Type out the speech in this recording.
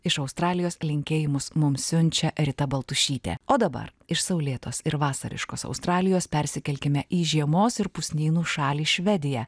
iš australijos linkėjimus mums siunčia rita baltušytė o dabar iš saulėtos ir vasariškos australijos persikelkime į žiemos ir pusnynų šalį švediją